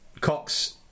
Cox